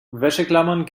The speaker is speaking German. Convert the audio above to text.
wäscheklammern